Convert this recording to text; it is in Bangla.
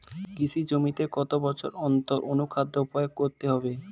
কৃষি জমিতে কত বছর অন্তর অনুখাদ্য প্রয়োগ করতে হবে?